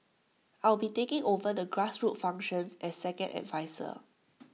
I'll be taking over the grassroots functions as second adviser